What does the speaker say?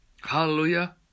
Hallelujah